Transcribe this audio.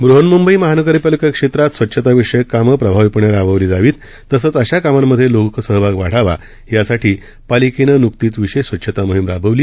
बहन्मंबई महानगरपालिका क्षेत्रात स्वच्छताविषयक कामं प्रभावीपणे राबवली जावीत तसंच अशा कामांमधे लोकसहभाग वाढावा यासाठी पालिकेनं गुरुवारी विशेष स्वच्छता मोहीब राबवली